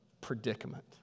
predicament